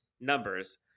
numbers